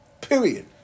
period